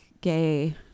gay